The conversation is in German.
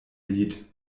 lied